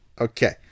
okay